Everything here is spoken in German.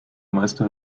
meister